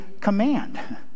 command